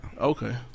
Okay